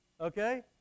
okay